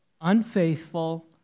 unfaithful